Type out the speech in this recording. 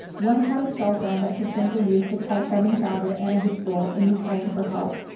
one had a cell phone that shevchenko used to call femen founder, anna hutsol, in ukraine for help.